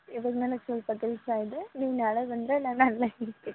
ಇವಾಗ ನನಗೆ ಸ್ವಲ್ಪ ಕೆಲಸ ಇದೆ ನೀವು ನಾಳೆ ಬಂದರೆ ನಾನು ಅಲ್ಲೇ ಹೇಳ್ತೀನಿ